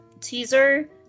teaser